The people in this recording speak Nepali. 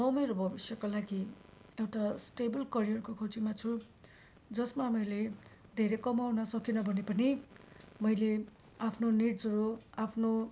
म मेरो भविष्यको लागि एउटा स्टेबल करियरको खोजीमा छु जसमा मैले धेरै कमाउन सकिनँ भने पनि मैले आफ्नो निड्सहरू आफ्नो